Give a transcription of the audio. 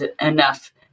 enough